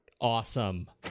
Awesome